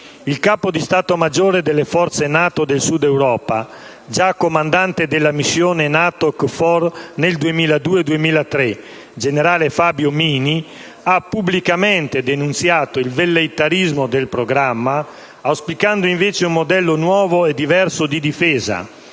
Il capo di Stato maggiore delle Forze NATO del Sud-Europa, già comandante della missione NATO-KFOR nel 2002-2003, il generale Fabio Mini, ha pubblicamente denunziato il velleitarismo del programma, auspicando invece un modello nuovo e diverso di difesa,